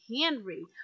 Henry